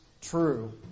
true